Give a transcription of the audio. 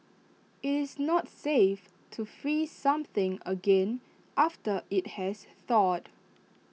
IT is not safe to freeze something again after IT has thawed